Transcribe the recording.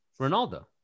Ronaldo